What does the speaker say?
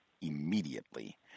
immediately